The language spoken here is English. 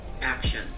action